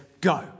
go